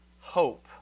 hope